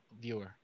viewer